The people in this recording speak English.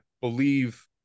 believe